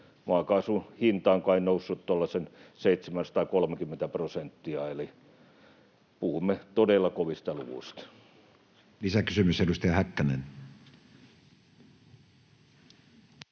maakaasun hinta on kai noussut tuollaiset 730 prosenttia, eli puhumme todella kovista luvuista. Lisäkysymys, edustaja Häkkänen.